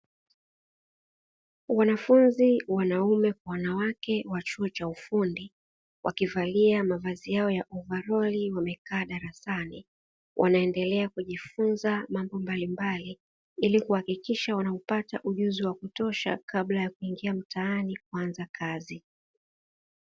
Wanafunzi wanaume kwa wanawake wa chuo cha ufundi, wakivalia mavazi yao ya ovaroli wamekaa darasani, wanaendelea kujifunza mambo mbalimbali, ili kuhakikisha wanaupata ujuzi wa kutosha kabla ya kuingia mtaani kuanza kazi.